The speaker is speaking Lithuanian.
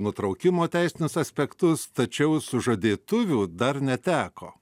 nutraukimo teisinius aspektus tačiau sužadėtuvių dar neteko